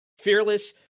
fearless